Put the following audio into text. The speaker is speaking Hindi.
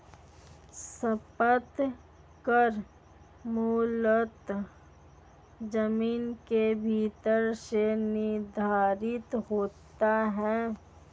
संपत्ति कर मूलतः जमीन के विस्तार से निर्धारित होता है